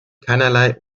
keinerlei